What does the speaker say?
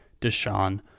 Deshaun